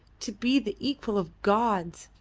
to be the equal of gods,